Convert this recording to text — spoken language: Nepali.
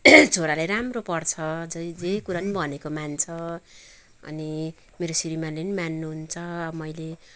छोराले राम्रो पढ्छ जे कुरा नि भनेको मान्छ अनि मेरो श्रीमानले नि मान्नुहुन्छ मैले